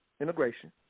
integration